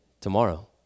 Tomorrow